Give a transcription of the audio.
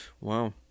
Wow